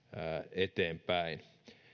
eteenpäin